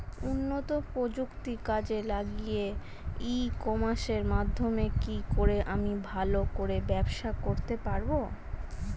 উন্নত প্রযুক্তি কাজে লাগিয়ে ই কমার্সের মাধ্যমে কি করে আমি ভালো করে ব্যবসা করতে পারব?